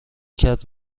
کرد